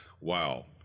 wow